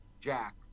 jack